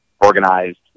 organized